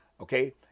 okay